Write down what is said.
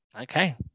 Okay